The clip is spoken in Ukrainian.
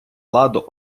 ладу